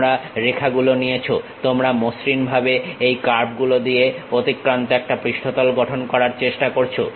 তোমরা রেখাগুলো নিয়েছো তোমরা মসৃণভাবে এই কার্ভগুলো দিয়ে অতিক্রান্ত একটা পৃষ্ঠতল গঠন করার চেষ্টা করছো